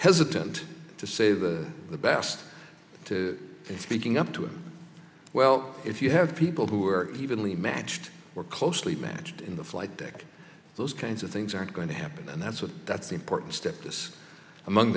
hesitant to say the best to and speaking up to him well if you have people who are evenly matched or closely matched in the flight deck those kinds of things aren't going to happen and that's what that's important step this among